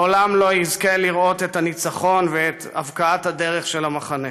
לעולם לא יזכה לראות את הניצחון ואת הבקעת הדרך של המחנה.